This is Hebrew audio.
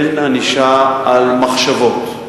אין ענישה על מחשבות.